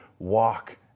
walk